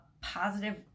positive